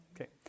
Okay